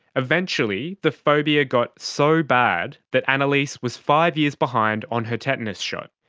eventually the phobia got so bad that annaleise was five years behind on her tetanus shot,